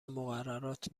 مقررات